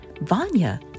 Vanya